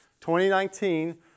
2019